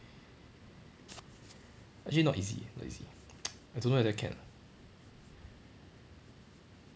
actually not easy not easy I don't know whether can